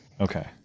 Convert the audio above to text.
Okay